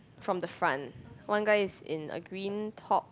from the front one guy is in a green top